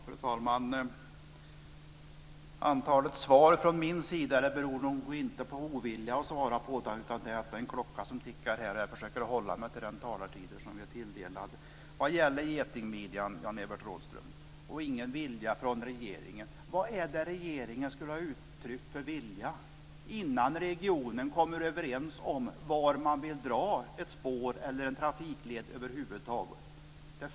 Fru talman! Antalet svar från min sida beror inte på någon ovilja att svara utan på att det är en klocka som tickar. Jag försöker hålla mig till den talartid vi är tilldelade. Jan-Evert Rådhström säger att det inte finns någon vilja från regeringen att lösa problemet med getingmidjan. Vad är det för vilja regeringen skulle ha uttryckt innan man i regionen kommer överens om var man vill dra ett spår eller en trafikled över huvud taget?